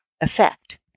effect